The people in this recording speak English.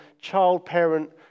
child-parent